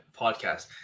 podcast